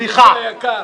סליחה.